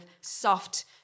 soft